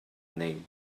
name